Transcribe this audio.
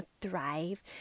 thrive